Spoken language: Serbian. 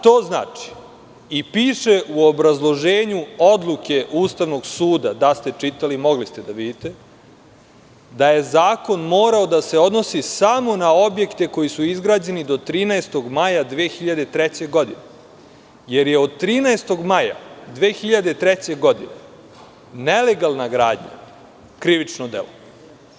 To znači i piše u obrazloženju Odluke Ustavnog suda, da ste čitali mogli ste da vidite, da je zakon morao da se odnosi samo na objekte koji su izgrađeni do 13. maja 2003. godine, jer je od 13. maja 2003. godine nelegalna gradnja krivično delo.